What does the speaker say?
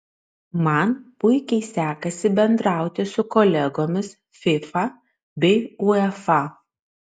man puikiai sekasi bendrauti su kolegomis fifa bei uefa